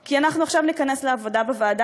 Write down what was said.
כי אנחנו עכשיו ניכנס לעבודה בוועדה